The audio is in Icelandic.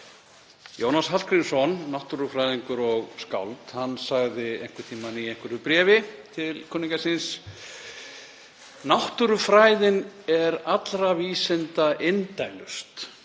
Jónas Hallgrímsson, náttúrufræðingur og skáld, sagði einhvern tímann í einhverju bréfi til kunningja síns: Náttúrufræðin er allra vísinda indælust.